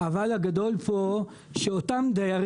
האבל הגדול פה, שאותו דייר